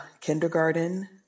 kindergarten